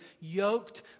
yoked